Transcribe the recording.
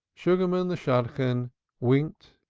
sugarman the shadchan winked,